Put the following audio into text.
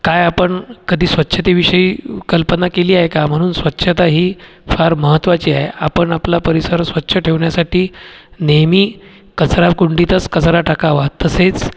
काय आपण कधी स्वच्छतेविषयी कल्पना केली आहे का म्हणून स्वच्छता ही फार महत्त्वाची आहे आपण आपला परिसर स्वच्छ ठेवण्यासाठी नेहमी कचराकुंडीतच कचरा टाकावा तसेच